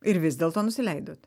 ir vis dėlto nusileidot